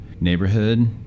neighborhood